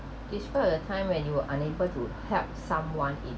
describe a time when you were unable to help someone in